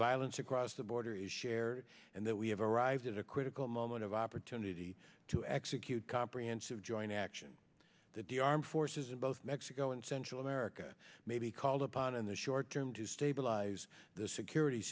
violence across the border is shared and that we have arrived at a critical moment of opportunity to execute comprehensive joint action that the armed forces in both mexico and central america may be called upon in the short term to stabilize the security